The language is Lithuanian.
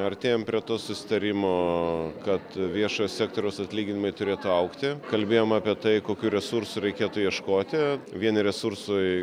artėjam prie to susitarimo kad viešojo sektoriaus atlyginimai turėtų augti kalbėjom apie tai kokių resursų reikėtų ieškoti vieni resursai